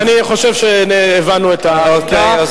אני חושב שהבנו את העמדה.